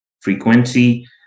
frequency